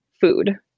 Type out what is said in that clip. food